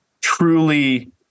Truly